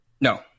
No